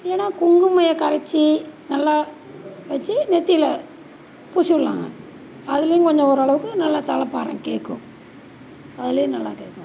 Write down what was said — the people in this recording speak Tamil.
இல்லைன்னா குங்குமையை கரைத்து நல்லா வச்சு நெற்றில பூசி விட்லாங்க அதுலேயும் கொஞ்சம் ஓரளவுக்கு நல்லா தலை பாரம் கேட்கும் அதிலே நல்லா கேட்கும்